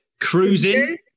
cruising